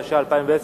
התשע"א 2010,